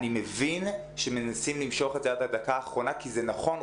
אני מבין שמנסים למשוך את זה עד הדקה האחרונה כי זה נכון,